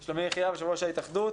יחיאב, יושב-ראש התאחדות